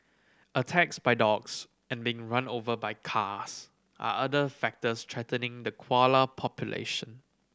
attacks by dogs and being run over by cars are other factors threatening the koala population